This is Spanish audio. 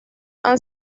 han